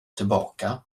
tillbaka